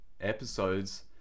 episodes